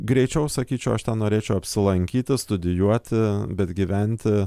greičiau sakyčiau aš ten norėčiau apsilankyti studijuoti bet gyventi